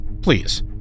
Please